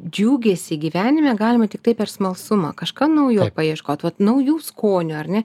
džiugesį gyvenime galima tiktai per smalsumą kažką naujo paieškot vat naujų skonių ar ne